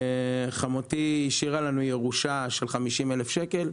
חמותי השאירה לנו ירושה של 50 אלף שקלים,